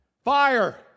fire